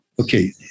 okay